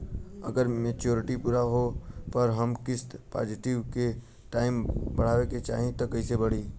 अगर मेचूरिटि पूरा होला पर हम फिक्स डिपॉज़िट के टाइम बढ़ावे के चाहिए त कैसे बढ़ी?